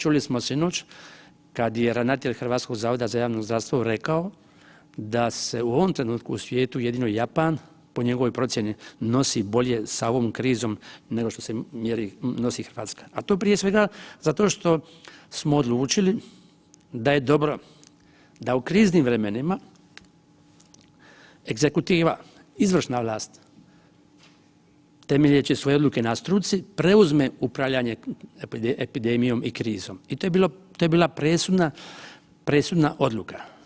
Čuli smo sinoć kada je ravnatelj HZJZ rekao da se u ovom trenutku u svijetu jedino Japan po njegovoj procjeni nosi bolje sa ovom krizom nego što se nosi Hrvatska, a to prije svega zato što smo odlučili da je dobro da u kriznim vremenima egzekutiva izvršna vlast temeljeći svoje odluke na struci preuzme upravljanje epidemijom i krizom, to je bila presudna odluka.